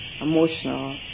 emotional